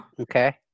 Okay